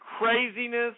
craziness